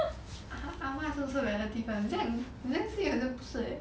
阿嫲 also relative [one] 很像很像是也不是 leh